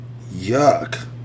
Yuck